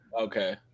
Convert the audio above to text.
okay